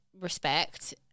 respect